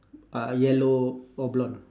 uh yellow or blonde